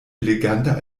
eleganter